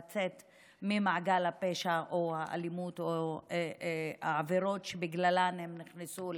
לצאת ממעגל הפשע או האלימות או העבירות שבגללן הם נכנסו לשם.